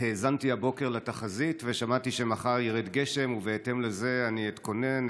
האזנתי הבוקר לתחזית ושמעתי שמחר ירד גשם ובהתאם לזה אני אתכונן,